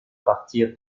partir